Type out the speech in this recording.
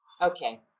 Okay